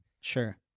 Sure